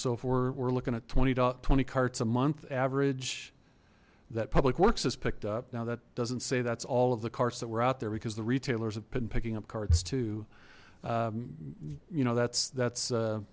if we're looking at twenty twenty carts a month average that public works is picked up now that doesn't say that's all of the carts that we're out there because the retailers have been picking up cards too you know that's that's